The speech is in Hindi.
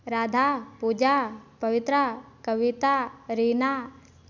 राधा पूजा पवित्रा कविता रीना